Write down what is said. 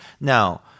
now